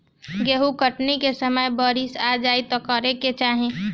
गेहुँ कटनी के समय बारीस आ जाए तो का करे के चाही?